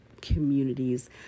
communities